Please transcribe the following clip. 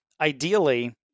ideally